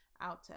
out